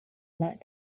lacked